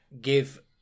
give